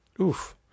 Oof